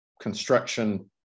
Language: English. construction